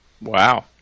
Wow